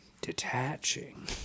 detaching